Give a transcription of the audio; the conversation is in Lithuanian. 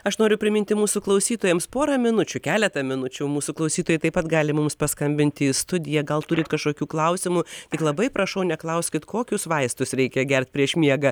aš noriu priminti mūsų klausytojams porą minučių keletą minučių mūsų klausytojai taip pat gali mums paskambinti į studiją gal turit kažkokių klausimų tik labai prašau neklauskit kokius vaistus reikia gert prieš miegą